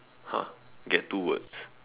!huh! get two words